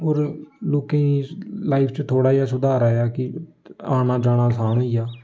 होर लोकें दी लाइफ च थोह्ड़ा जनेहा सुधार आया कि औना जाना असान होई गेआ